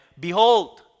behold